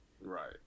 Right